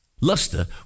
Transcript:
Luster